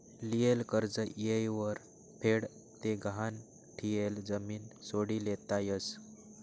लियेल कर्ज येयवर फेड ते गहाण ठियेल जमीन सोडी लेता यस